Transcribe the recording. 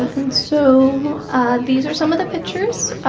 and so these are some of the pictures.